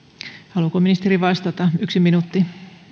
haluaako ministeri vastata yksi minuutti arvoisa